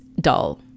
dull